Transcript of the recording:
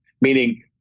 meaning